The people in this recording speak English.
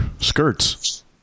skirts